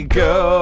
go